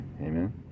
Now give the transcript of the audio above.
amen